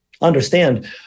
understand